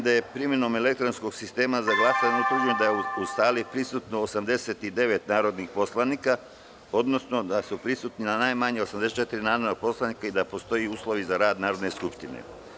da je primenom elektronskog sistema za glasanje utvrđeno da je u sali prisutno 89 narodnih poslanika, odnosno da su prisutna najmanje 84 narodna poslanika i da postoje uslovi za rad Narodne skupštine.